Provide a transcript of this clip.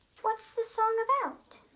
what's the song about?